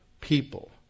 people